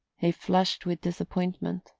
he flushed with disappointment,